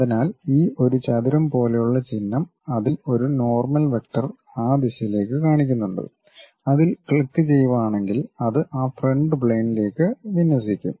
അതിനാൽ ഈ ഒരു ചതുരം പോലെയുള്ള ചിഹ്നം അതിൽ ഒരു നോർമൽ വെക്റ്റർ ആ ദിശയിലേക്ക് കാണിക്കുന്നുണ്ട് അതിൽ ക്ലിക്ക് ചെയ്യുവാണെങ്കിൽ അത് ആ ഫ്രണ്ട് പ്ളെയിനിലേക്ക് വിന്യസിക്കും